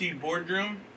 Boardroom